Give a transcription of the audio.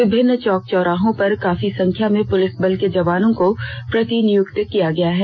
विभिन्न चौक चौराहों पर काफी संख्या में पुलिस बल के जवानों को प्रतिनियुक्त किया गया है